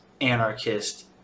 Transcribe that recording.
anarchist